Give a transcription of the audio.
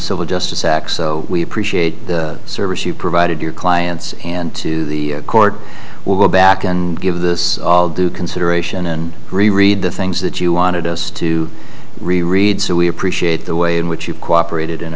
civil justice act so we appreciate the service you provided your clients and to the court will go back and give this all due consideration and reread the things that you wanted us to read so we appreciate the way in which you cooperated